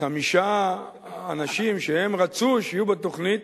חמישה אנשים שהם רצו שהם יהיו בתוכנית.